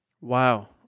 Wow